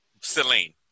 celine